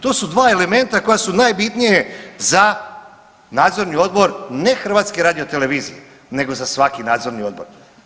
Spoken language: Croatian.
To su dva elementa koja su najbitnije za nadzorni odbor, ne HRT-a, nego za svaki nadzorni odbor.